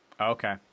Okay